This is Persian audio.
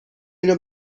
اینو